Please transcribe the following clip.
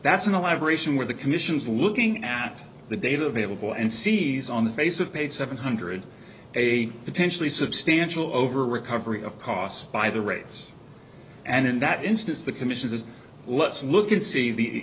that's an elaboration where the commission's looking at the data available and sees on the face of page seven hundred a potentially substantial over recovery of costs by the race and in that instance the commissions as let's look at see the